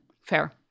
Fair